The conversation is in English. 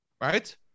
right